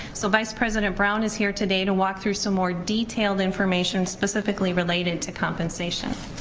so vice president brown is here today to walk through some more detailed information specifically related to compensation.